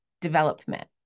development